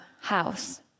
house